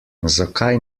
zakaj